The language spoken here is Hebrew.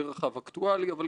אנחנו תלויים בהם.